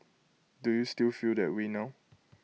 do you still feel that way now